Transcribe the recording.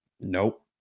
Nope